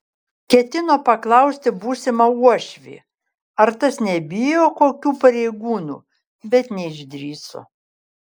ketino paklausti būsimą uošvį ar tas nebijo kokių pareigūnų bet neišdrįso